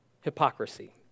hypocrisy